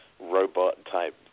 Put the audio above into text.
robot-type